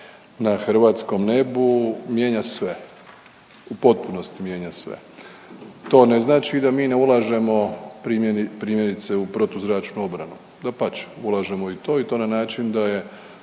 na hrvatskom nebu mijenja sve. U potpunosti mijenja sve. To ne znači da mi ne ulažemo, primjerice, u protuzračnu obranu, dapače. Ulažemo i to i to na način da je